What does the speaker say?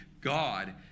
God